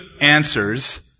answers